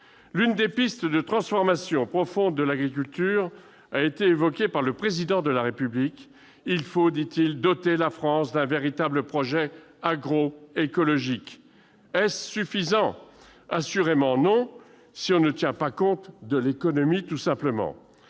L'une des pistes de transformation profonde de l'agriculture a été évoquée par le Président de la République :« Il faut doter la France d'un véritable projet agroécologique ». Est-ce suffisant ? Assurément non, si on ne tient tout simplement